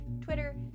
Twitter